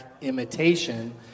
imitation